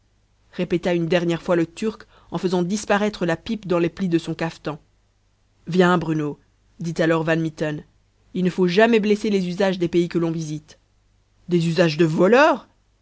répéta une dernière fois le turc en faisant disparaître la pipe dans les plis de son cafetan viens bruno dit alors van mitten il ne faut jamais blesser les usages des pays que l'on visite des usages de voleurs